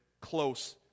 close